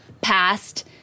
passed